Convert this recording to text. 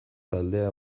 taldea